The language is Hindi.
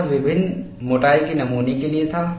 यह विभिन्न मोटाई के नमूनों के लिए था